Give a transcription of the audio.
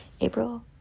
April